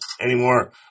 anymore